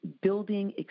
building